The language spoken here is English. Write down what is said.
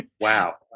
wow